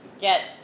get